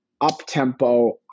up-tempo